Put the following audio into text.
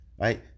right